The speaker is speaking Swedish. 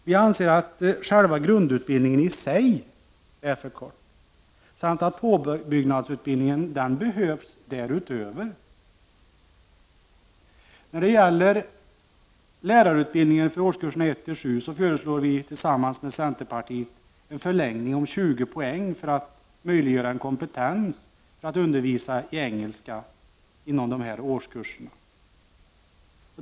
Vi anser att själva grundutbildningen i sig är för kort och att påbyggnadsutbildningen behövs därutöver. När det gäller lärarutbildningen för årskurserna 1-7 föreslår vi tillsammans med centerpartiet en förlängning om 20 poäng så att lärarna skall kunna få den kompetens som är nödvändig för att undervisa i engelska på dessa årskurser.